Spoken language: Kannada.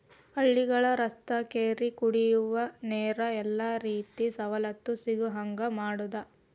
ಹಳ್ಳಿಗಳ ರಸ್ತಾ ಕೆರಿ ಕುಡಿಯುವ ನೇರ ಎಲ್ಲಾ ರೇತಿ ಸವಲತ್ತು ಸಿಗುಹಂಗ ಮಾಡುದ